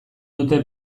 dute